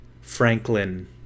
Franklin